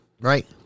Right